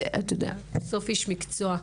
אתה איש מקצוע,